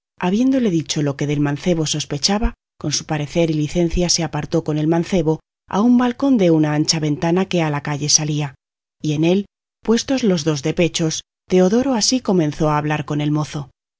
habiéndole dicho lo que del mancebo sospechaba con su parecer y licencia se apartó con el mancebo a un balcón de una ancha ventana que a la calle salía y en él puestos los dos de pechos teodoro así comenzó a hablar con el mozo